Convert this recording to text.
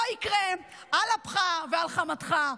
לא יקרה, על אפך ועל חמתך.